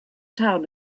town